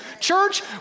Church